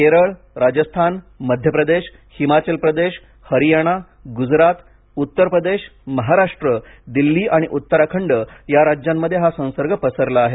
केरळ राजस्थान मध्यप्रदेश हिमाचल प्रदेश हरियाणा गुजरात उत्तर प्रदेश महाराष्ट्र दिल्ली आणि उत्तराखंड या राज्यांमधे हा संसर्ग पसरला आहे